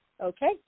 Okay